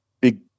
big